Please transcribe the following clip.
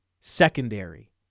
secondary